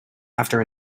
after